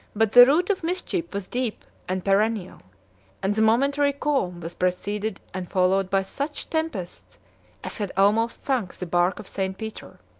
but the root of mischief was deep and perennial and a momentary calm was preceded and followed by such tempests as had almost sunk the bark of st. peter.